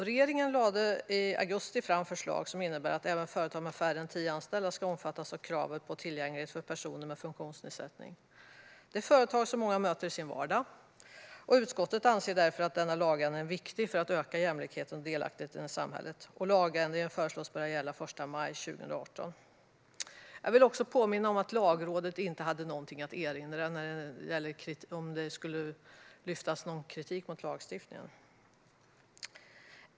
Regeringen lade i augusti i år fram förslag som innebär att även företag med färre än tio anställda ska omfattas av kraven på tillgänglighet för personer med funktionsnedsättning. Det är företag som många möter i sin vardag, och utskottet anser därför att denna lagändring är viktig för att öka jämlikheten och delaktigheten i samhället. Lagändringen föreslås börja gälla den 1 maj 2018. Jag vill också påminna om att Lagrådet inte hade någonting att erinra - detta om det skulle riktas kritik mot lagstiftningen.